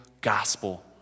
gospel